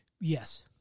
Yes